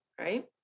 right